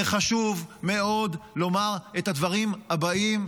וחשוב מאוד לומר את הדברים הבאים,